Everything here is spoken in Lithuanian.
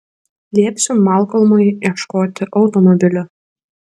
liepsiu malkolmui ieškoti automobilio